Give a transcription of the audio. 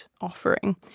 offering